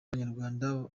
abanyarwanda